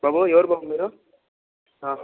బాబు ఎవరు బాబు మీరు